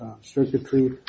circuitry